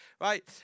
right